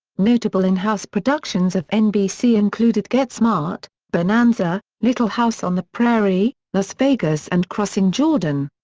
notable in-house productions of nbc included get smart, bonanza, little house on the prairie, las vegas and crossing jordan.